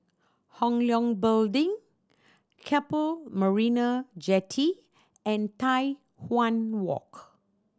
Hong Leong Building Keppel Marina Jetty and Tai Hwan Walk